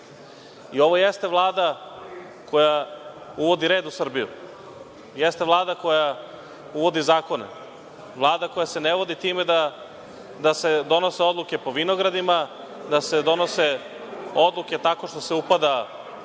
i ovo jeste Vlada koja uvodi red u Srbiju. Jeste Vlada koja uvodi zakone. Vlada koja se ne vodi time da se donose odluke po vinogradima, da se donose odluke tako što se upada u privatne